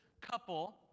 couple